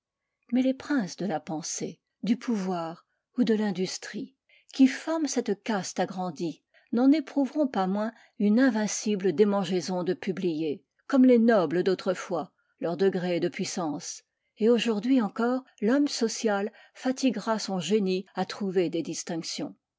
mais les princes de la pensée du pouvoir ou de l'industrie qui forment cette caste agrandie n'en éprouveront pas moins une invincible démangeaison de publier comme les nobles d'autrefois leur degré de puissance et aujourd'hui encore l'homme social fatiguera son génie à trouver des distinctions